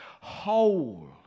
whole